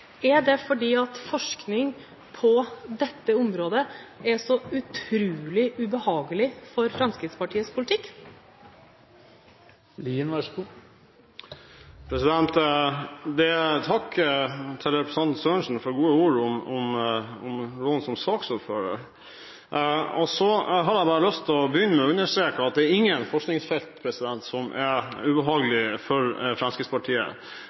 Er det fordi forskning på dette området er så utrolig ubehagelig for Fremskrittspartiets politikk? Takk til representanten Sørensen for gode ord om rollen som saksordfører. Jeg hadde bare lyst til å begynne med å understreke at det er ingen forskningsfelt som er ubehagelige for Fremskrittspartiet.